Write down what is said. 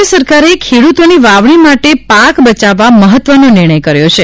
રાજ્ય સરકારે ખેડૂતોની વાવણી માટે અને પાક બચાવવા મહત્વનો નિર્ણય કર્યો છે